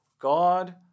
God